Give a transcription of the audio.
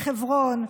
בחברון,